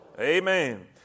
Amen